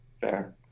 Fair